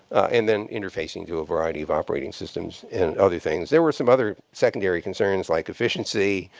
and then interfacing to a variety of operating systems and other things. there were some other secondary concerns like efficiency,